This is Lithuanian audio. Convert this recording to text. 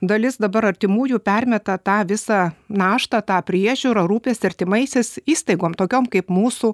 dalis dabar artimųjų permeta tą visą naštą tą priežiūrą rūpestį artimaisiais įstaigom tokiom kaip mūsų